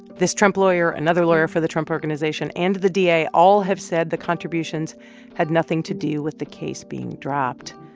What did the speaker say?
this lawyer, another lawyer for the trump organization, and the da all have said the contributions had nothing to do with the case being dropped.